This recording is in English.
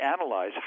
analyze